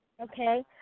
Okay